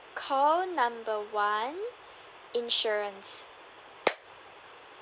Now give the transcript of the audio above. call number one insurance